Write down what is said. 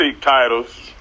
titles